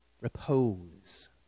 repose